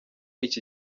iki